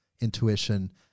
intuition